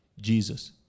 Jesus